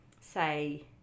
say